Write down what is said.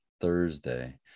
thursday